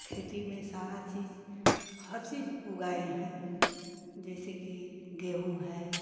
और खेती में सारा चीज़ हर चीज़ उगाएँ हैं जैसे कि गेहूँ है